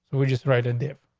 we just write a diff,